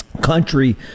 Country